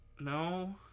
No